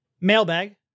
mailbag